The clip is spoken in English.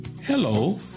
Hello